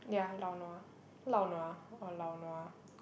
yeah lau-nua lau-nua or lau-nua